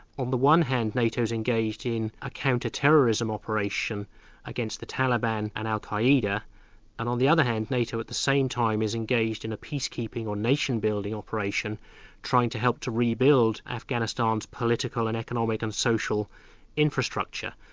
on the one hand nato's engaged in a counter terrorism operation against the taliban and al-qa'eda and on the other hand nato at the same time is engaged in a peace-keeping or nation building operation trying to help to rebuild afghanistan's political and economic and social infrastructure.